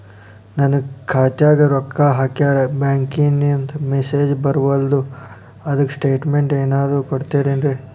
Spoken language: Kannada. ನನ್ ಖಾತ್ಯಾಗ ರೊಕ್ಕಾ ಹಾಕ್ಯಾರ ಬ್ಯಾಂಕಿಂದ ಮೆಸೇಜ್ ಬರವಲ್ದು ಅದ್ಕ ಸ್ಟೇಟ್ಮೆಂಟ್ ಏನಾದ್ರು ಕೊಡ್ತೇರೆನ್ರಿ?